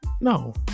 no